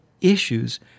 issues